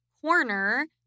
corner